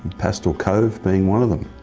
pastel cove being one of them.